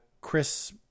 Chris